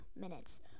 minutes